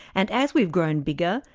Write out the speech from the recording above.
and as we've grown bigger,